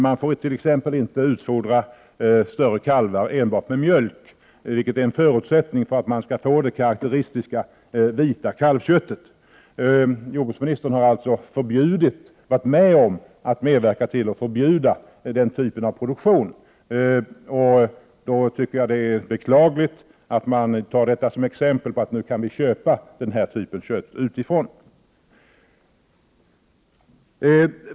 Man får t.ex. inte utfodra större kalvar med enbart mjölk, vilket är en förutsättning för att man skall få det karakteristiska vita kalvköttet. Jordbruksministern har alltså medverkat till att förbjuda den typen av produktion. Jag tycker att det är beklagligt att man tar detta som bevis på att man kan köpa den här typen av kött utifrån.